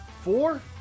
Four